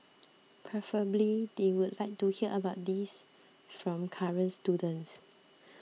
preferably they would like to hear about these from current students